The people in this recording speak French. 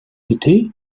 été